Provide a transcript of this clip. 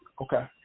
Okay